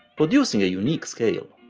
producing a unique scale.